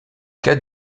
cas